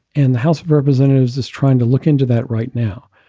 and the house of representatives is trying to look into that right now.